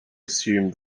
assume